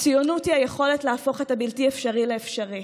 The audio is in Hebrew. הציונות היא היכולת להפוך את הבלתי-אפשרי לאפשרי.